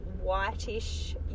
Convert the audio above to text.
whitish